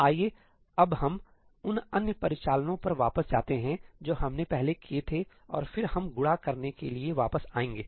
आइए अब हम उन अन्य परिचालनों पर वापस जाते हैं जो हमने पहले किए थे और फिर हम गुणा करने के लिए वापस आएंगे